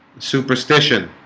superstition